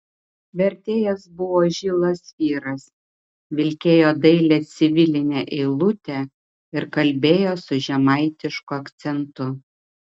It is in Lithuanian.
vertėjas buvo žilas vyras vilkėjo dailią civilinę eilutę ir kalbėjo su žemaitišku akcentu